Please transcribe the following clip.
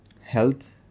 Health